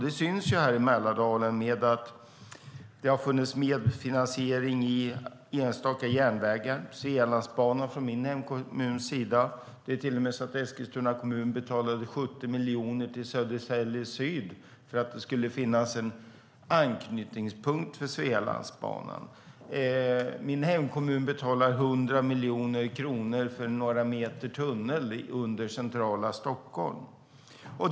Det syns i Mälardalen genom att det har skett medfinansiering i enstaka järnvägar, till exempel Svealandsbanan i min hemkommun. Eskilstuna kommun har till och med betalat 70 miljoner till byggandet av Södertälje Syd för att det ska finnas en anknytningspunkt för Svealandsbanan. Min hemkommun betalar 100 miljoner kronor för några meter tunnel under centrala Stockholm.